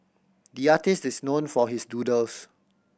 the artist is known for his doodles